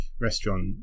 restaurant